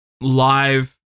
live